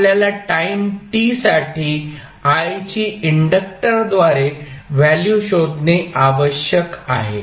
आपल्याला time t साठी I ची इंडक्टरद्वारे व्हॅल्यू शोधणे आवश्यक आहे